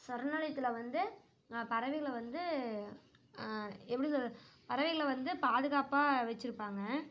சரணாலயத்தில் வந்து நான் பறவைகளை வந்து எப்படி சொல்கிறது பறவைகளை வந்து பாதுகாப்பாக வச்சுருப்பாங்க